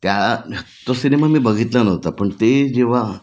त्या तो सिनेमा मी बघितला नव्हता पण ते जेव्हा